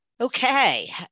Okay